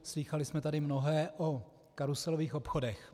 Slýchali jsme tady mnohé o karuselových obchodech.